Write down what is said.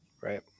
right